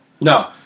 No